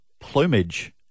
Plumage